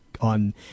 on